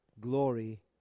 glory